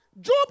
Job